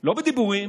לא בדיבורים,